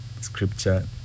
scripture